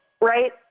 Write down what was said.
right